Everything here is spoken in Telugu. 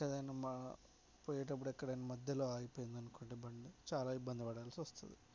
ఏదైనా పోయేటప్పుడు ఎక్కడైనా మధ్యలో ఆగిపోయింది అనుకోండి చాలా ఇబ్బంది పడాల్సి వస్తుంది